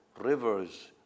rivers